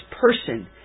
person